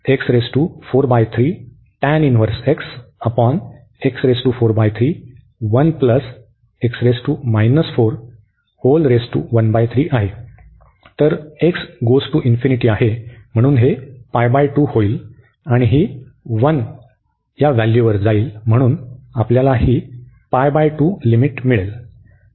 तर x →∞ आहे म्हणून ही होईल आणि ही 1 वर जाईल म्हणून आपल्याला ही लिमिट मिळाली